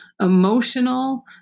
emotional